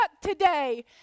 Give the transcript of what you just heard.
today